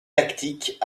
tactique